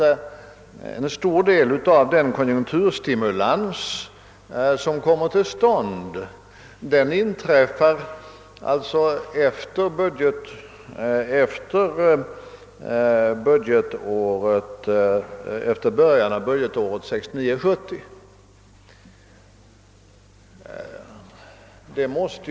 En stor del av den konjunkturstimulans som kommer till stånd inträffar efter början av budgetåret 1969/70.